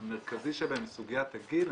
המרכזי שבהם זו סוגיית הגיל.